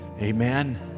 Amen